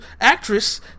actress